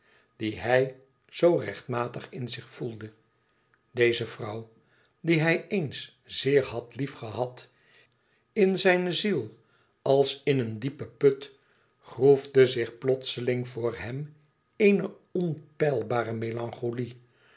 die hij zoo rechtmatig in zich voelde deze vrouw die hij eens zeer had lief gehad in zijne ziel als in een diepe put groefde zich plotseling voor hem eene onpeilbare melancholie